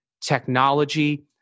technology